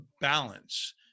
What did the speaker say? Balance